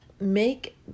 make